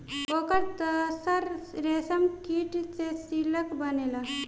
ओकर तसर रेशमकीट से सिल्क बनेला